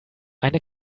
eine